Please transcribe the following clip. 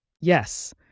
Yes